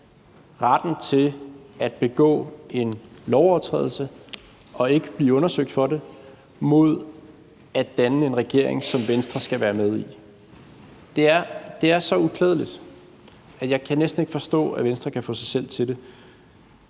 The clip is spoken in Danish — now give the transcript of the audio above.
retten til at begå en lovovertrædelse og ikke blive undersøgt for det mod at danne en regering, som Venstre skal være med i. Det er så uklædeligt, at jeg næsten ikke kan forstå, at Venstre kan få sig selv til det.